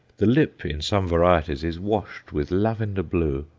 the lip in some varieties is washed with lavender blue,